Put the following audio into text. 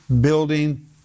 Building